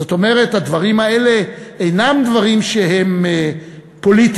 זאת אומרת, הדברים האלה אינם דברים שהם פוליטיקה.